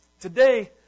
Today